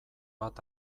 bat